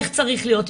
איך צריך להיות,